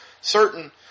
certain